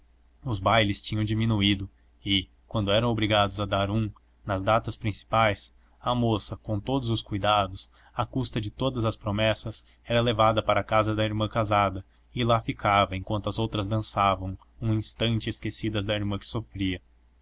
os bailes tinham diminuído e quando eram obrigados a dar um nas datas principais a moça com todos os cuidados à custa de todas as promessas era levada para casa da irmã casada lá ficava enquanto as outras dançavam um instante esquecidas